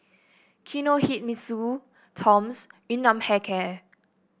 Kinohimitsu Toms Yun Nam Hair Care